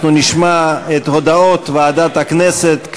אנחנו נשמע את הודעות ועדת הכנסת,